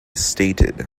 stated